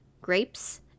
grapes